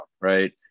right